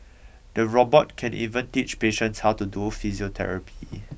the robot can even teach patients how to do physiotherapy